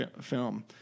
film